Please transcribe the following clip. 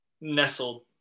nestled